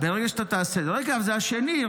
ברגע שאתה תעשה, רגע, אבל זה השני.